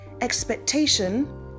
expectation